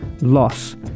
loss